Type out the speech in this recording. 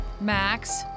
Max